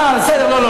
בסדר.